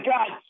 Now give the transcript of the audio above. God